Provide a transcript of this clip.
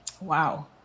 Wow